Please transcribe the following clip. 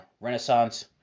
Renaissance